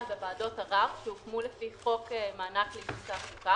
בוועדות הערר שהוקמו לפי חוק מענק לעידוד תעסוקה.